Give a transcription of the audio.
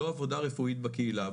לא עבודה רפואית בקהילה,